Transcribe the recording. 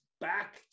back